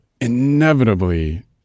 inevitably